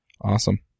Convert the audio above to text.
Awesome